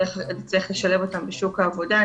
נצטרך לשלב אותם בשוק העבודה,